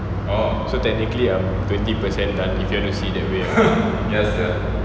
so technically I'm twenty percent done if you want to see it that way ya